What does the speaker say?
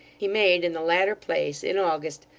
he made in the latter place, in august,